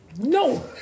No